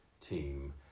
team